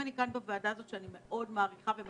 אני מאוד מעריכה את